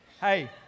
Hey